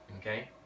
okay